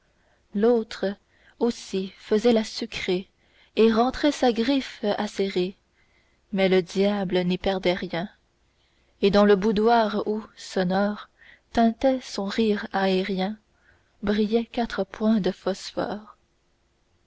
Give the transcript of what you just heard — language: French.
l'autre aussi faisait la sucrée et rentrait sa griffe acérée mais le diable n'y perdait rien et dans le boudoir où sonore tintait son rire aérien brillaient quatre points de phosphore